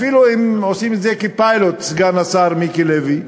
אפילו אם עושים את זה כפיילוט, סגן השר מיקי לוי,